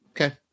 Okay